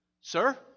sir